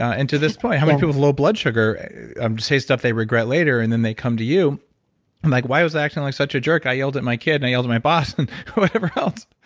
and to this point, how many people have low blood sugar say stuff they regret later and then they come to you and like, why was i acting like such a jerk? i yelled at my kid and i yelled at my boss and whoever else.